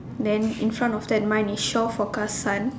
then in front of that mine is shore forecast sun